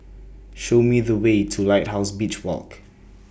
Show Me The Way to Lighthouse Beach Walk